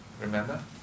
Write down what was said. remember